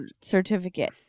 certificate